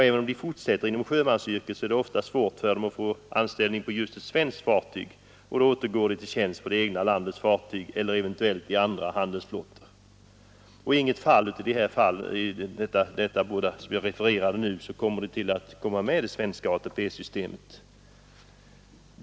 Även om de fortsätter inom sjömansyrket är det ofta svårt för dem att få anställning på just ett svenskt fartyg, och de återgår då till tjänst på det egna landets fartyg eller eventuellt i andra handelsflottor. I inget av de båda fall jag här angivit kommer de med i det svenska ATP-systemet.